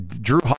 Drew